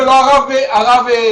ולא הרב קנייבסקי.